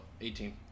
18